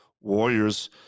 warriors